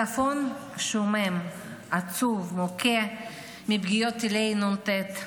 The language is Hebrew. הצפון שומם, עצוב, מוכה מפגיעות טילי נ"ט.